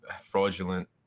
fraudulent